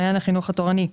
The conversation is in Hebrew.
מעיין החינוך התורני,